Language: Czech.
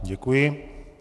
Děkuji.